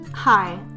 Hi